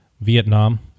Vietnam